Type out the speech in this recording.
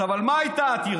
עכשיו, על מה הייתה העתירה?